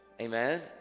Amen